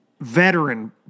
veteran